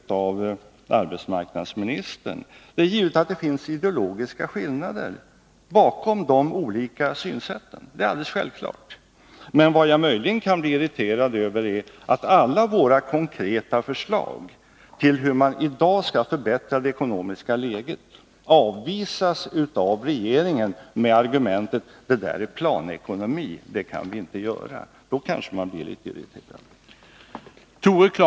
Jag visar ingen irritation över ett påpekande om det — det är något som är fritt uppfunnet av arbetsmarknadsministern — men vad jag möjligen kan bli irriterad över är att alla våra konkreta förslag till hur man i dag skall förbättra det ekonomiska läget avvisas av regeringen med argumentet: Förslagen förutsätter att vi har planekonomi, så dem kan vi inte gå in på. Sådana argument kan man bli irriterad över.